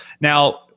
Now